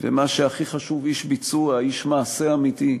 ומה שהכי חשוב, איש ביצוע, איש מעשה אמיתי,